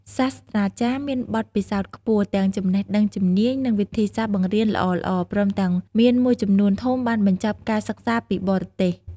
សាស្ត្រាចារ្យមានបទពិសោធន៍ខ្ពស់ ទាំងចំណេះដឹងជំនាញ និងវិធីសាស្ត្របង្រៀនល្អៗ ព្រមទាំងមានមួយចំនួនធំបានបញ្ចប់ការសិក្សាពីបរទេស។